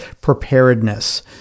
Preparedness